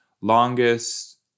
longest